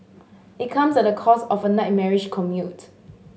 it comes at the cost of a nightmarish commute